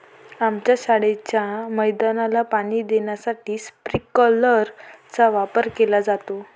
आमच्या शाळेच्या मैदानाला पाणी देण्यासाठी स्प्रिंकलर चा वापर केला जातो